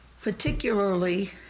particularly